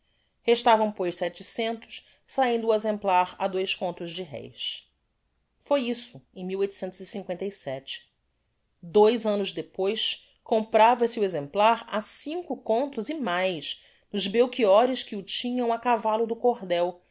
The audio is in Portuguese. restavam pois setecentos sahindo o exemplar a dois contos de réis foi isso em dois annos depois comprava se o exemplar a cinco contos e mais nos belchiores que o tinham á cavallo do cordel